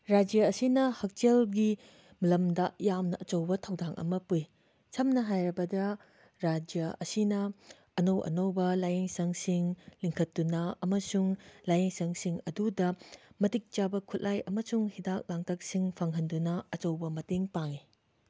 ꯔꯥꯏꯖ꯭ꯌꯥ ꯑꯁꯤꯅ ꯍꯛꯁꯦꯜꯒꯤ ꯂꯝꯗ ꯌꯥꯝꯅ ꯑꯥꯆꯧꯕ ꯊꯧꯗꯥꯡ ꯑꯃ ꯄꯨꯏ ꯁꯝꯅ ꯍꯥꯏꯔꯕꯗ ꯔꯥꯏꯖ꯭ꯌꯥ ꯑꯁꯤꯅ ꯑꯅꯧ ꯑꯅꯧꯕ ꯂꯥꯏꯌꯦꯡꯁꯡꯁꯤꯡ ꯂꯤꯡꯈꯠꯇꯨꯅ ꯑꯃꯁꯨꯡ ꯂꯥꯏꯌꯦꯡꯁꯡꯁꯤꯡ ꯑꯗꯨꯗ ꯃꯇꯤꯛ ꯆꯥꯕ ꯈꯨꯠꯂꯥꯏ ꯑꯃꯁꯨꯡ ꯍꯤꯗꯥꯛ ꯂꯥꯡꯊꯛꯁꯤꯡ ꯐꯪꯍꯟꯗꯨꯅ ꯑꯆꯧꯕ ꯃꯇꯦꯡ ꯄꯥꯡꯉꯤ